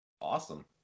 Awesome